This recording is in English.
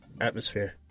Atmosphere